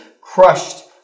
crushed